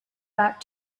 back